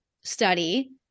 study